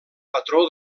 patró